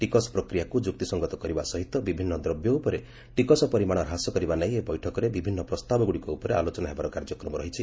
ଟିକସ ପ୍ରକ୍ରିୟାକୁ ଯୁକ୍ତି ସଂଗତ କରିବା ସହିତ ବିଭିନ୍ନ ଦ୍ରବ୍ୟ ଉପରେ ଟିକସ ପରିମାଣ ହ୍ରାସ କରିବା ନେଇ ଏହି ବୈଠକରେ ବିଭିନ୍ନ ପ୍ରସ୍ତାବଗୁଡ଼ିକ ଉପରେ ଆଲୋଚନା ହେବାର କାର୍ଯ୍ୟକ୍ରମ ରହିଛି